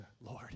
Lord